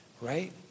right